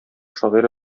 шагыйре